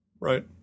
Right